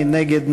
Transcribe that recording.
מי נגד?